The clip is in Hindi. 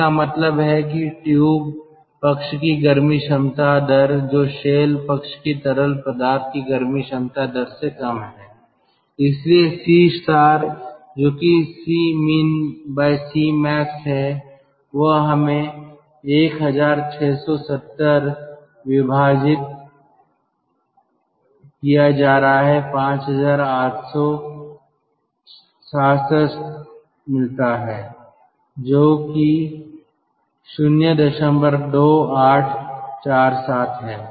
इसका मतलब है ट्यूब पक्ष की गर्मी क्षमता दर जो शेल पक्ष के तरल पदार्थ की गर्मी क्षमता दर से कम है इसलिए C जो कि Cmin Cmax है वह हमें 16705866 मिलता है जो 02847 है